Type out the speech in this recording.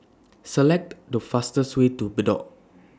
Select The fastest Way to Bedok